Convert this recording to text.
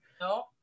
no